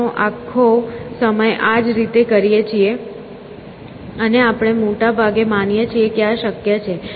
આપણે આખો સમય આ જ કરીએ છીએ અને આપણે મોટે ભાગે માનીએ છીએ કે આ શક્ય છે